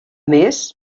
més